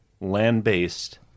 land-based